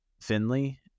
Finley